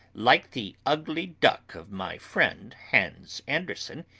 like the ugly duck of my friend hans andersen,